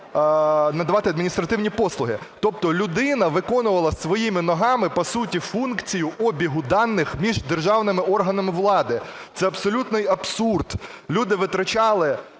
надавати адміністративні послуги. Тобто людина виконувала своїми ногами по суті функцію обігу даних між державними органами влади. Це абсолютний абсурд. Люди витрачали